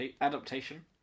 Adaptation